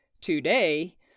Today